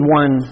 one